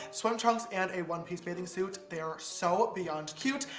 swim trunks, and a one-piece bathing suit, they are so beyond cute.